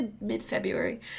mid-February